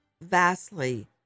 vastly